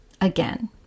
again